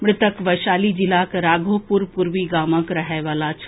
मृतक वैशाली जिलाक राघोपुर पूर्वी गामक रहए वला छल